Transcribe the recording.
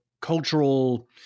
cultural